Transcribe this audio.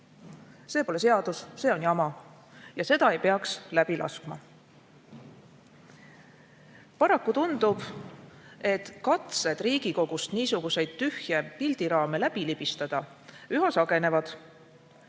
See pole seadus, see on jama. Ja seda ei peaks läbi laskma. Paraku tundub, et katsed Riigikogust niisuguseid tühje pildiraame läbi libistada üha sagenevad.